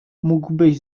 mógłbyś